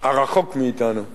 הרחוק מאתנו?